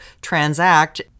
transact